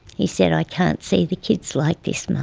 he said, i can't see the kids like this, mum.